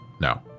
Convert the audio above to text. No